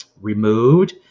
removed